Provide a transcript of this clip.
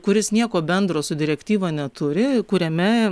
kuris nieko bendro su direktyva neturi kuriame